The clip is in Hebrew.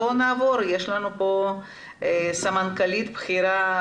נמצאת איתנו בזום אלין אלול ממשרד